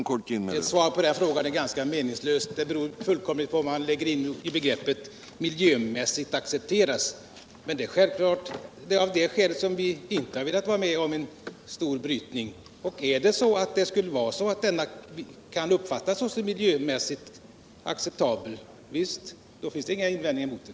Herr talman! Att försöka ge svar på den frågan är ganska meningslöst. Det beror fullkomligt på vad man lägger in i begreppet ”miljömissigt kan accepteras”. Det är självklart av miljöskäl som vi inte har velat vara med om en stor brytning, men om det går att få till stånd en verksamhet som kan uppfattas som miljömässigt acceptabel, så finns det inga invändningar mot den.